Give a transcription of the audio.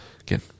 again